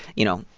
you know,